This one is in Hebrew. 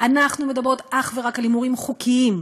אנחנו מדברות אך ורק על הימורים חוקיים,